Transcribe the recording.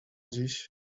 dziś